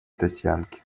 татьянки